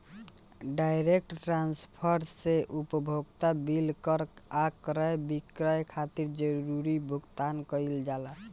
direct transfer से उपभोक्ता bill कर आ क्रय विक्रय खातिर जरूरी भुगतान कईल जाला